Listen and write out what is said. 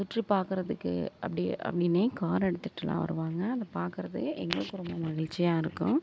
சுற்றிப் பார்க்குறதுக்கு அப்படியே அப்படின்னே காரை எடுத்துட்டுலாம் வருவாங்க அதை பார்க்கறதே எங்களுக்கும் ரொம்ப மகிழ்ச்சியாக இருக்கும்